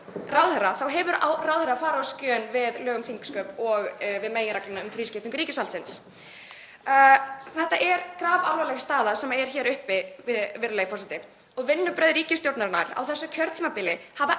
ráðherra, hefur ráðherra farið á skjön við lög um þingsköp og við meginregluna um þrískiptingu ríkisvaldsins. Þetta er grafalvarleg staða sem er hér uppi, virðulegi forseti, og vinnubrögð ríkisstjórnarinnar á þessu kjörtímabili hafa